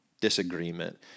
disagreement